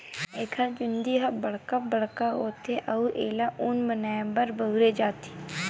एकर चूंदी ह बड़का बड़का होथे अउ एला ऊन बनाए बर बउरे जाथे